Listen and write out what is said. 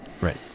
right